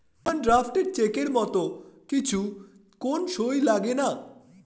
demand draft চেকের মত কিছু কোন সই লাগেনা